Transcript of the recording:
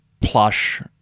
plush